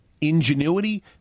ingenuity